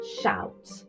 shout